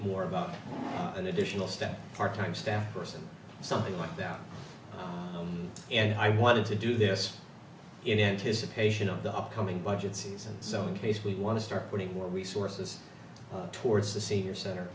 more about an additional step part time staff person something like that and i wanted to do this in the end his occasion of the upcoming budget season so in case we want to start putting more resources towards the senior center